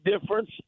difference